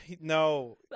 No